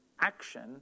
action